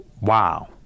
wow